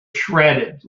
shredded